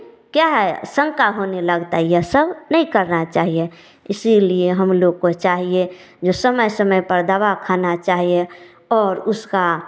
क्या है शंका होने लगता है यह सब नइ करना चाहिए इसीलिए हम लोग को चाहिए जो समय समय पर दवा खाना चाहिए और उसका